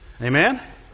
Amen